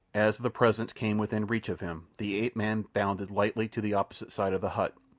as the presence came within reach of him the ape-man bounded lightly to the opposite side of the hut,